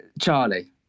Charlie